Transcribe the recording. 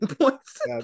points